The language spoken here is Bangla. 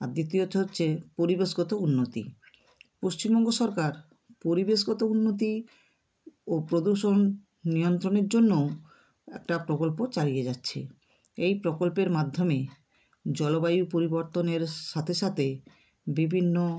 আর দ্বিতীয়ত হচ্ছে পরিবেশগত উন্নতি পশ্চিমবঙ্গ সরকার পরিবেশগত উন্নতি ও প্রদর্শন নিয়ন্ত্রণের জন্যও একটা প্রকল্প চালিয়ে যাচ্ছে এই প্রকল্পের মাধ্যমে জলবায়ু পরিবর্তনের সাথে সাতে বিভিন্ন